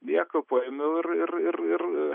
nieko paėmiau ir ir ir ir